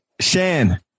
Shan